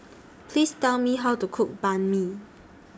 Please Tell Me How to Cook Banh MI